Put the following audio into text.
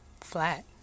flat